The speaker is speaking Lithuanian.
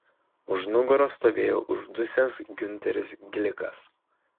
už nugaros stovėjo uždusęs giunteris glikas